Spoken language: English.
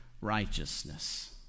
righteousness